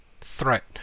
threat